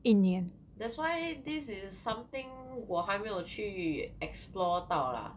that's why this is something 我还没有去 explore 到 lah